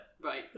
Right